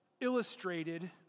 illustrated